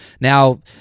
Now